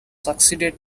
succeeded